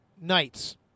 nights